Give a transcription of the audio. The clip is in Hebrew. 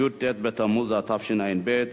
י"ט בתמוז התשע"ב,